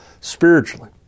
spiritually